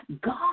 God